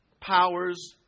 powers